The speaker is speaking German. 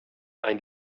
ein